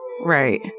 Right